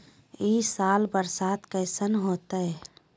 ई साल बरसात कैसन होतय?